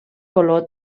color